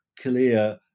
clear